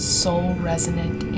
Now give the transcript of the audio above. soul-resonant